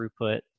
throughput